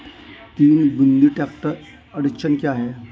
तीन बिंदु ट्रैक्टर अड़चन क्या है?